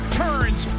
turns